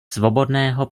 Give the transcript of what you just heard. svobodného